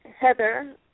Heather